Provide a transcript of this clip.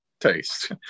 taste